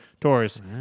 tours